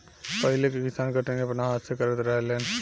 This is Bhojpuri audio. पहिले के किसान कटनी अपना हाथ से करत रहलेन